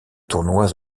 tournois